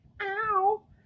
Ow